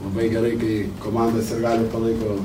labai gerai kai komandos sirgaliai palaiko